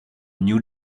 new